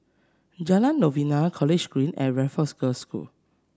Jalan Novena College Green and Raffles Girls' School